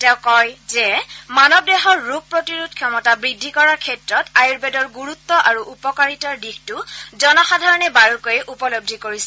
তেওঁ কয় যে মানৱ দেহৰ ৰোগ প্ৰতিৰোধ ক্ষমতা বৃদ্ধি কৰাৰ ক্ষেত্ৰত আয়ুৰ্বেদৰ গুৰুত্ব আৰু উপকাৰিতাৰ দিশটো জনসাধাৰণে বাৰুকৈয়ে উপলব্ধি কৰিছে